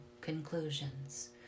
conclusions